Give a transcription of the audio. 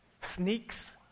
sneaks